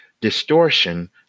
distortion